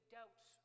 doubts